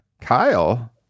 Kyle